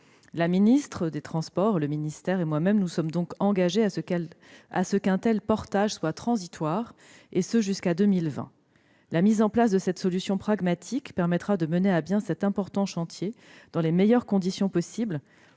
La ministre chargée des transports et moi-même nous sommes engagées à ce qu'un tel portage soit transitoire, et ce jusqu'en 2020. La mise en place de cette solution pragmatique permettra de mener à bien cet important chantier dans les meilleures conditions possible,